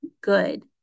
good